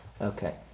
Okay